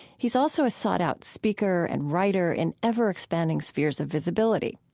he is also a sought-out speaker and writer in ever-expanding spheres of visibility.